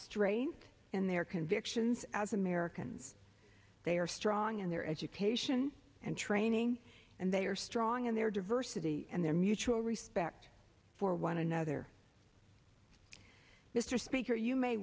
strains in their convictions as americans they are strong in their education and training and they are strong in their diversity and their mutual respect for one another mr speaker you may